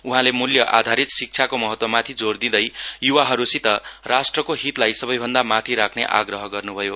उहाँले मूल्य आधारित शिक्षाको महत्त्वमाथि जोर दिँदै य्वाहरूसित राष्ट्रको हितलाई सबैभन्दा माथि राख्ने आग्रह गर्नुभयो